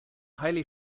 highly